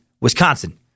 Wisconsin